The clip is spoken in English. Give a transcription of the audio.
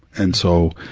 and so,